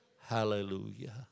Hallelujah